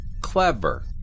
Clever